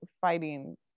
fighting